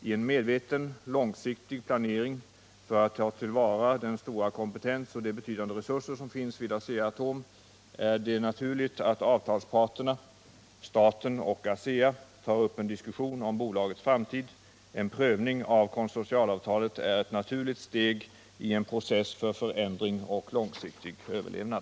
I en medveten långsiktig planering för att ta till vara den stora kompetens och de betydande resurser som finns vid Asea-Atom är det naturligt att avtalsparterna, staten och ASEA, tar upp en diskussion om bolagets framtid. En prövning av konsortialavtalet är ett naturligt steg i en process för förändring och långsiktig överlevnad.